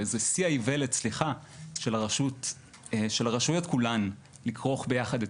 וסליחה זה שיא האיוולת של הרשויות כולן לכרוך ביחד את